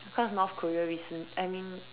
because North Korea recent I mean